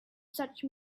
such